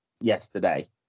yesterday